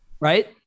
Right